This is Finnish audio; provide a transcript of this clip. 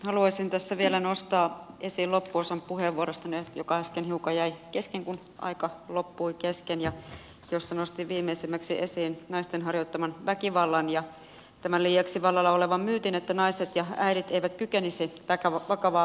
haluaisin tässä vielä nostaa esiin loppuosan puheenvuorostani joka äsken hiukan jäi kesken kun aika loppui kesken ja jossa nostin viimeisimmäksi esiin naisten harjoittaman väkivallan ja tämän liiaksi vallalla olevan myytin että naiset ja äidit eivät kykenisi vakavaan väkivaltaan